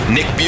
Nick